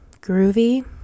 groovy